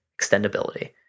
extendability